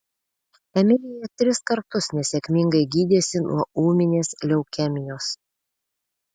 emilija tris kartus nesėkmingai gydėsi nuo ūminės leukemijos